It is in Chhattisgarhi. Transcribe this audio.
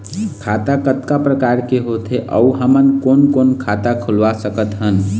खाता कतका प्रकार के होथे अऊ हमन कोन कोन खाता खुलवा सकत हन?